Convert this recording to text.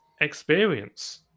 experience